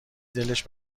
دلش